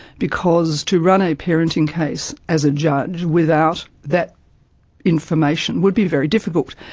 because to run a parenting case as a judge without that information would be very difficult.